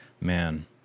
Man